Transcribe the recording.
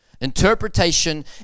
Interpretation